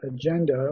agenda